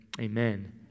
Amen